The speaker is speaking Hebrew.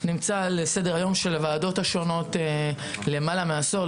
נמצא על סדר-היום של הוועדות השונות למעלה מעשור,